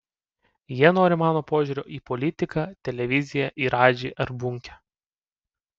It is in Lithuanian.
jie nori mano požiūrio į politiką televiziją į radžį ar bunkę